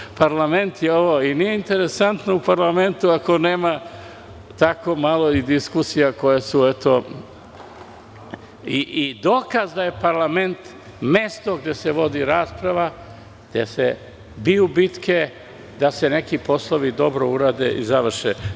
Ovo je parlament i nije interesantno u parlamentu ako nema malo i takvih diskusija koje su i dokaz da je parlament mesto gde se vodi rasprava, gde se biju bitke da se neki poslovi dobro urade i završe.